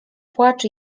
płacz